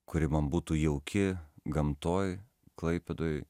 kuri man būtų jauki gamtoj klaipėdoj